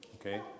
okay